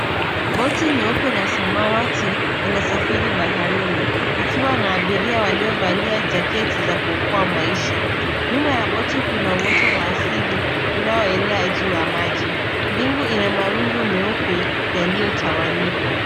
Boti nyeupe na samawati inasafiri baharini ikiwa na abiria waliovalia jaketi za kuokoa maisha .nyuma ya boti kuna woto wa asili unaoelea juu ya maji mbingu inamawingu meupe yaliyotawanyika.